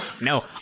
No